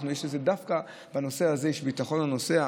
דווקא בנושא הזה יש ביטחון לנוסע,